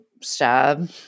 stab